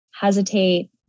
hesitate